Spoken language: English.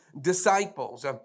disciples